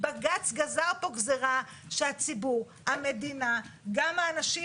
בג"ץ גזר פה גזירה שהציבור, המדינה, גם האנשים